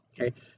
okay